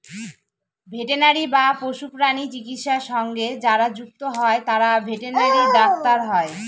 veterinary বা পশুপ্রাণী চিকিৎসা সঙ্গে যারা যুক্ত হয় তারা ভেটেনারি ডাক্তার হয়